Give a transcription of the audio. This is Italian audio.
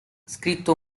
scritto